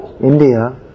India